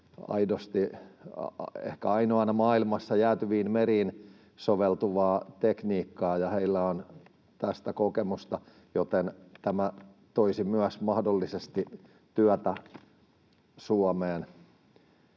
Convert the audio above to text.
aidosti, ehkä ainoana maailmassa, jäätyviin meriin soveltuvaa tekniikkaa ja kokemusta, joten tämä toisi myös mahdollisesti työtä Suomeen.